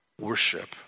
worship